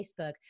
Facebook